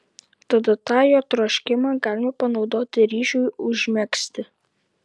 tada tą jo troškimą galima panaudoti ryšiui užmegzti